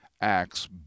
Acts